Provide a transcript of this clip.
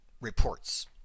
reports